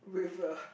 with a